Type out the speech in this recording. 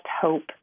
hope